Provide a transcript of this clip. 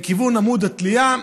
לכיוון עמוד התלייה.